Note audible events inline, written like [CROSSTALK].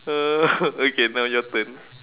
uh [LAUGHS] okay now your turn